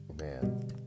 Man